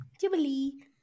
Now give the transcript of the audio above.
Jubilee